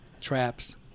Traps